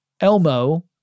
Elmo